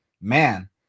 man